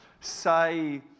say